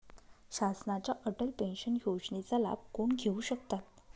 शासनाच्या अटल पेन्शन योजनेचा लाभ कोण घेऊ शकतात?